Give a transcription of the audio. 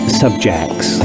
subjects